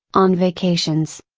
on vacations.